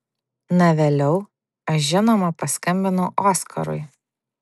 na vėliau aš žinoma paskambinau oskarui